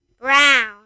Brown